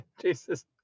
Jesus